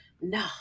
no